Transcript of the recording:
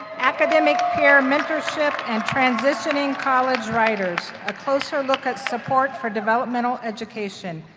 academic peer mentorship and transitioning college writers a closer look at support for developmental education.